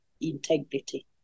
integrity